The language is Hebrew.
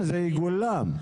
זה יגולם.